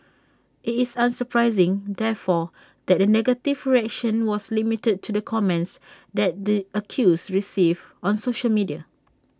IT is unsurprising therefore that the negative reaction was limited to the comments that the accused received on social media